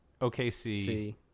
OKC